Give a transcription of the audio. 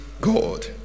god